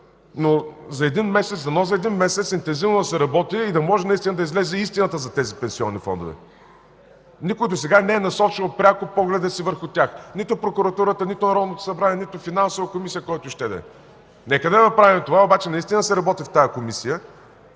по-добре. Дано за един месец интензивно да се работи и да може наистина да излезе истината за тези пенсионни фондове. Никой досега не е насочвал пряко погледа си върху тях – нито прокуратурата, нито Народното събрание, нито Финансовата комисия, нито който ще да е. Нека направим това, обаче наистина да се работи в тази Комисия